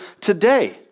today